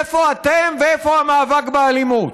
איפה אתם ואיפה המאבק באלימות.